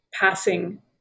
passing